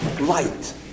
light